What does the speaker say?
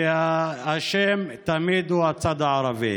והאשם הוא תמיד הצד הערבי.